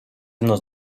nos